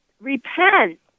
repent